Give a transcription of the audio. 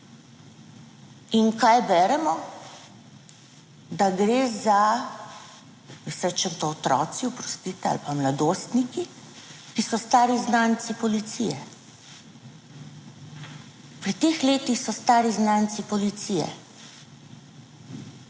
In kaj beremo, da gre za, jaz rečem to otroci, oprostite, ali pa mladostniki, ki so stari znanci policije. Pri teh letih, so stari znanci policije.